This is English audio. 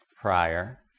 prior